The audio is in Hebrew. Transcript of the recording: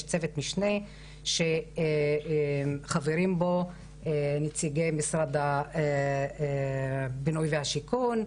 יש צוות משנה שחברים בו נציגי משרד הבינוי והשיכון,